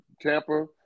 Tampa